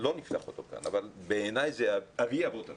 לא נפתח אותו כאן אבל בעיניי זה אבי אבות הטומאה.